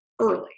early